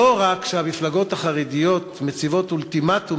לא רק שהמפלגות החרדיות מציבות אולטימטום